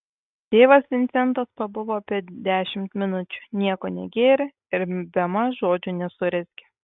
tėvas vincentas pabuvo apie dešimt minučių nieko negėrė ir bemaž žodžio nesurezgė